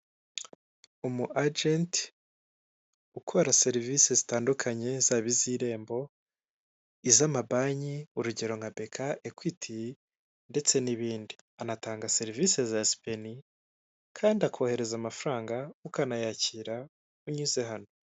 Ishusho igaragaza ibiro biberamo, ibiro biberamo ihererekanya, ibiro birafunguye imbere yabyo hari umuntu usa nuri gusohokamo biseze amabara y'icyapa cyerekana kiri mu mabara y'umuhondo.